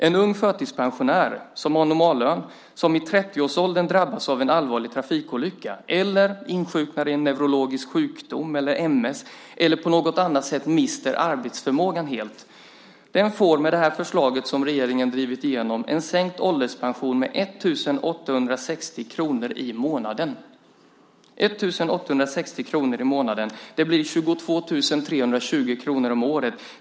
En ung förtidspensionär som har haft en normallön och som i 30-årsåldern har drabbats av en allvarlig trafikolycka eller insjuknat i en neurologisk sjukdom, ms eller som på något annat sätt mister arbetsförmågan helt får med det förslag som regeringen har drivit igenom en sänkning av ålderspensionen med 1 860 kr i månaden. Det blir 22 320 kr om året.